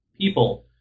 people